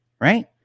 right